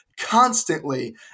constantly